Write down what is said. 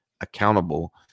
accountable